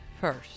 first